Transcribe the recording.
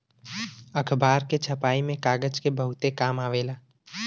अखबार के छपाई में कागज के बहुते काम आवेला